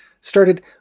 started